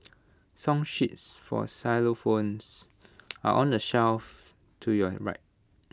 song sheets for xylophones are on the shelf to your right